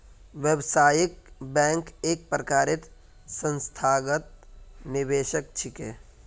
व्यावसायिक बैंक एक प्रकारेर संस्थागत निवेशक छिके